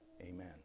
amen